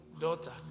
Daughter